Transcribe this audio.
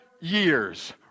years